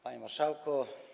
Panie Marszałku!